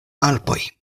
alpoj